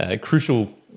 crucial